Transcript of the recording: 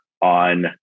on